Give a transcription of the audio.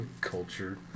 culture